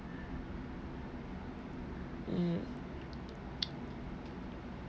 mm